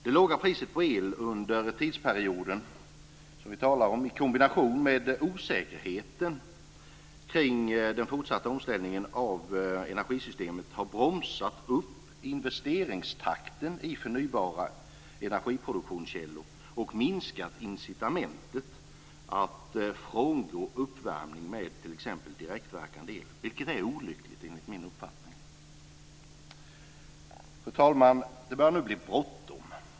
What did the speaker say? Det låga priset på el under tidsperioden vi talar om i kombination med osäkerheten kring den fortsatta omställningen av energisystemet har bromsat upp investeringstakten i förnybara energiproduktionskällor och minskat incitamentet att frångå uppvärmning med t.ex. direktverkande el, vilket är olyckligt enligt min uppfattning. Fru talman! Det börjar nu bli bråttom.